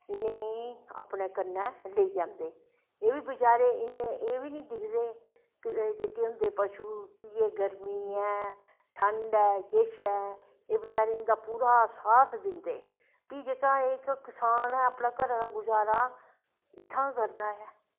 इनेंगी अपनें कन्नैं लेई जंदे एह् बी बचैरे इन्नें एह् बी नी दिखदे कि एह् जेह्के होंदे पशु कि गर्मी ऐ ठंड ऐ किश ऐ एह् बचैरे इंदा पूरा साथ दिंदे फ्ही एह् जेह्का इक किसान ऐ अपनें घर दा गुज़ारा इत्थां दा गै करदा ऐ